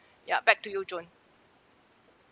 ya back to you john